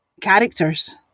characters